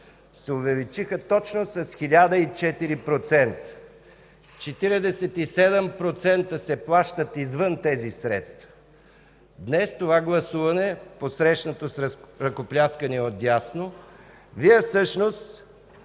се увеличиха точно с 1004%. 47% се плащат извън тези средства. Днес с това гласуване, посрещнато с ръкопляскания от дясно, Вие всъщност